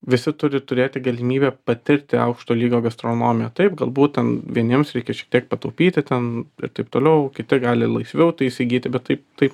visi turi turėti galimybę patirti aukšto lygio gastronomiją taip galbūt ten vieniems reikės šiek tiek pataupyti ten ir taip toliau kiti gali laisviau tai įsigyti bet taip taip